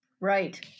Right